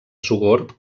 sogorb